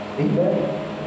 Amen